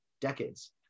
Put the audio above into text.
decades